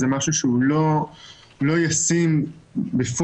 זה משהו שהוא לא ישים בפועל,